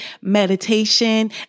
meditation